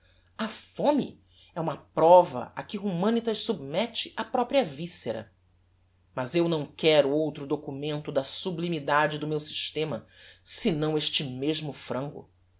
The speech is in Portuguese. a fome é uma prova a que humanitas submette a propria viscera mas eu não quero outro documento da sublimidade do meu systema senão este mesmo frango